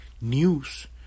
news